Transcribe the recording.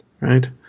right